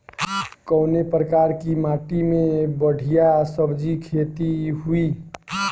कवने प्रकार की माटी में बढ़िया सब्जी खेती हुई?